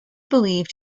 believed